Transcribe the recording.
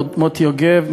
מוטי יוגב,